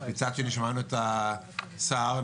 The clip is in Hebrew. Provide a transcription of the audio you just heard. שמענו את השר,